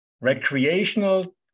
recreational